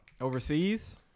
overseas